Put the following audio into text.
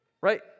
right